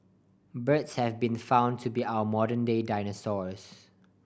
birds have been found to be our modern day dinosaurs